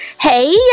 Hey